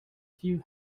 few